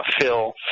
Phil